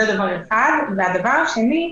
דבר שני,